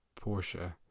Porsche